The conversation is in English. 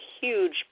huge